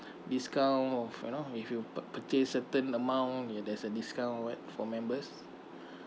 discount of you know if you purchase certain amount ya there's a discount or what for members